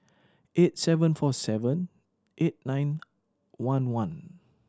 eight seven four seven eight nine one one